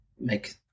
make